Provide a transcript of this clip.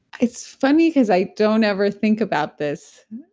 it's funny because i don't ever think about this.